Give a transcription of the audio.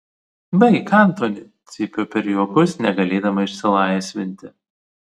baik antoni cypiu per juokus negalėdama išsilaisvinti